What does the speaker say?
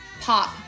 pop